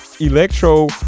Electro